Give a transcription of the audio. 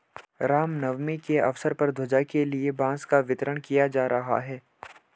राम नवमी के अवसर पर ध्वजा के लिए बांस का वितरण किया जा रहा है